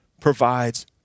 provides